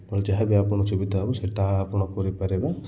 ଆପଣ ଯାହା ବି ଆପଣ ସୁବିଧା ହେବ ସେଟା ଆପଣ କରିପାରିବେ